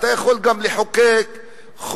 אתה יכול גם לחוקק חוק,